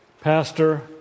Pastor